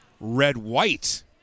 red-white